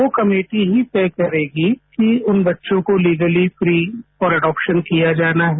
वो कमेटी ही तय करेगी कि उन बच्चों को लीगली फ्री फॉर अडोपशन किया जाना हो